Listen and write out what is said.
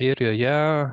ir joje